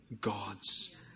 gods